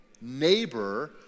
neighbor